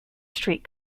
street